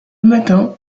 matin